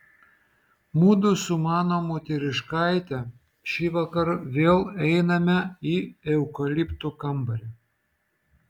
mudu su mano moteriškaite šįvakar vėl einame į eukaliptų kambarį